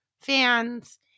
fans